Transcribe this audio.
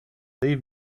leave